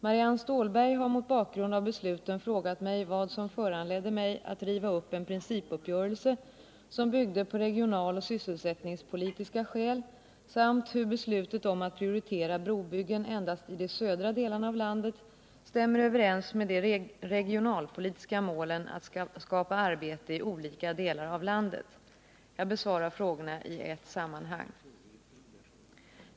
Marianne Stålberg har mot bakgrund av besluten frågat mig vad som föranledde mig att riva upp en principuppgörelse som byggde på regionaloch sysselsättningspolitiska skäl samt hur beslutet om att prioritera brobyggen endast i de södra delarna av landet stämmer överens med de regionalpolitiska målen att skapa arbete i olika delar av landet. Jag besvarar frågorna i ett sammanhang.